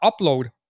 upload